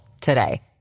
today